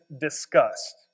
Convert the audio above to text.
disgust